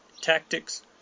tactics